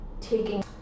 taking